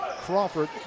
Crawford